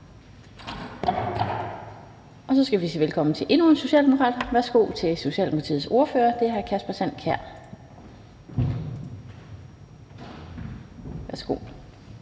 Så skal vi sige velkommen til endnu en socialdemokrat. Værsgo til Socialdemokratiets ordfører, hr. Kasper Sand Kjær. Kl.